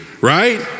Right